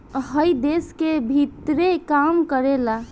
हइ देश के भीतरे काम करेला